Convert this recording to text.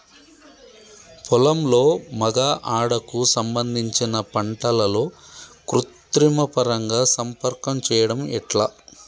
పొలంలో మగ ఆడ కు సంబంధించిన పంటలలో కృత్రిమ పరంగా సంపర్కం చెయ్యడం ఎట్ల?